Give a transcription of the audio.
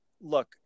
look